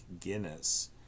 Guinness